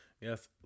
Yes